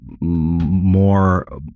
more